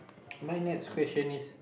my next question is